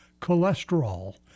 cholesterol